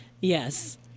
yes